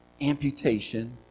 amputation